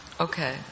Okay